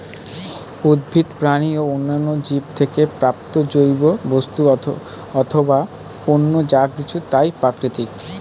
উদ্ভিদ, প্রাণী ও অন্যান্য জীব থেকে প্রাপ্ত জৈব বস্তু অথবা অন্য যা কিছু তাই প্রাকৃতিক